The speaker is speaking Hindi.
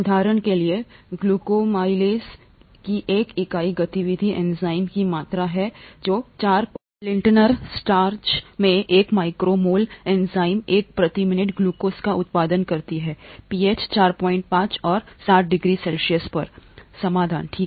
उदाहरण के लिए ग्लूकोमाइलेज की एक इकाई गतिविधि एंजाइम की मात्रा है जो 4 लिंटनर स्टार्च में 1 माइक्रो मोल एंजाइम 1 प्रति मिनट ग्लूकोज का उत्पादन करता है पीएच 45 और 60 डिग्री सेल्सियस पर समाधान ठीक है